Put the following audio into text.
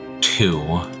two